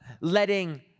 letting